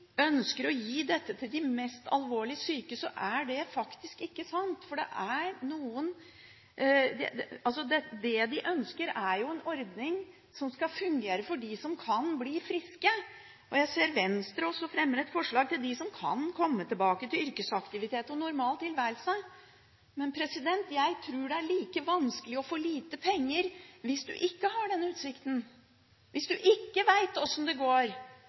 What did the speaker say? ønsker å gi dette til de mest alvorlig syke, er det faktisk ikke sant. Det de ønsker, er en ordning som skal fungere for dem som kan bli friske. Jeg ser at også Venstre fremmer et forslag om dem som kan komme tilbake til yrkesaktivitet og en normal tilværelse. Men jeg tror det er like vanskelig å få lite penger hvis man ikke har den utsikten, hvis man ikke vet hvordan det går,